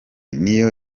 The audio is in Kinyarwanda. niyo